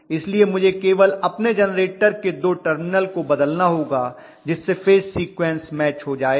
इसलिए मुझे केवल अपने जेनरेटर के दो टर्मिनल को बदलना होगा जिस से फेज सीक्वेंस मैच हो जायेगा